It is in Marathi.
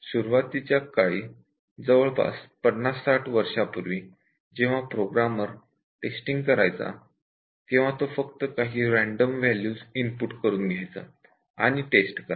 सुरुवातीच्या काळी जवळपास पन्नास साठ वर्षांपूर्वी जेव्हा प्रोग्रामर टेस्टिंग करायचा तेव्हा तो फक्त काही रँडम व्हॅल्यूज इनपुट करून घ्यायचा आणि टेस्ट करायचा